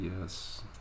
Yes